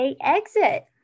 exit